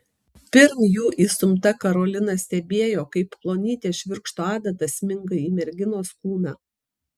pirm jų įstumta karolina stebėjo kaip plonytė švirkšto adata sminga į merginos kūną